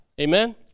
Amen